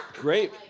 Great